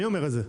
אני אומר את זה.